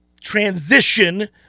transition